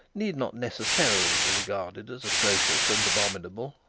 need not necessarily be regarded as atrocious and abominable.